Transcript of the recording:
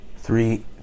three